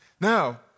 Now